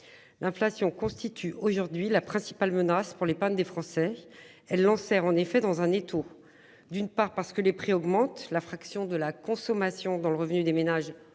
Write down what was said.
L'inflation constitue aujourd'hui la principale menace pour l'épargne des Français elle lancèrent en effet dans un étau. D'une part parce que les prix augmentent la fraction de la consommation dans le revenu des ménages augmente